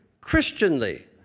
Christianly